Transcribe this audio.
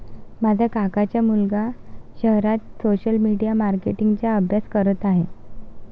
माझ्या काकांचा मुलगा शहरात सोशल मीडिया मार्केटिंग चा अभ्यास करत आहे